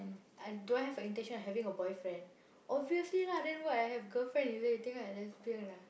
I don't have intention of having a boyfriend obviously lah then what I have girlfriend is it you think I lesbian ah